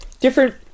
different